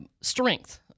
strength